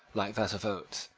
like that of oates,